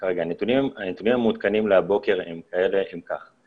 אישור הלוואה וסכום מאושר.